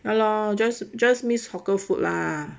ya lah just just miss hawker food lah